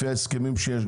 לפי ההסכמים שיש,